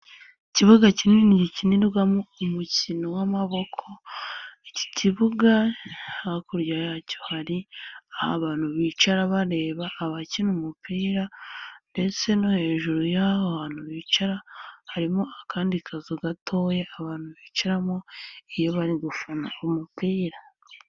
Ikibuga kinini gikinirwamo umukino w'amaboko, iki kibuga hakurya yacyo hari abantu bicara bareba abakina umupira ndetse no hejuru y'aho abantu bicara, harimo akandi kazu gatoya abantu bicaramo iyo bari gufana umupira.